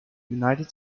united